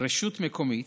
רשות מקומית